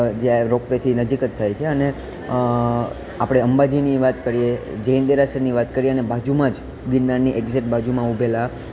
જે આ રોપવેથી નજીક જ થાય છે અને આપણે અંબાજીની વાત કરીએ જૈન દેરાસરની વાત કરીએ અને બાજુમાં જ ગિરનારની એકઝેટ બાજુમાં ઉભેલા